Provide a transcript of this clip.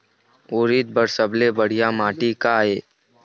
उरीद बर सबले बढ़िया माटी का ये?